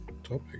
Topic